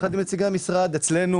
יחד עם נציגי המשרד, אצלנו